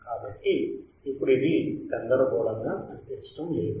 కాబట్టి ఇప్పుడు ఇది గందరగోళంగా అనిపించటం లేదు